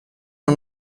non